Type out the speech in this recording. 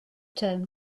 term